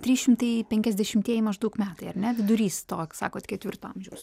trys šimtai penkiasdešimtieji maždaug metai ar ne vidurys toks sakot ketvirto amžiaus